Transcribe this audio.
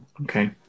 Okay